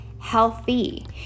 healthy